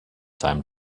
time